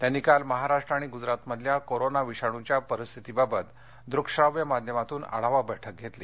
त्यांनी काल महाराष्ट्र आणि गुजरातमधल्या कोरोना विषाणूच्या परिस्थितीबाबत दृकश्राव्य माध्यमातून आढावा बैठक घेतली